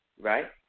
right